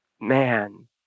man